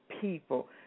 people